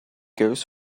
goes